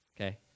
Okay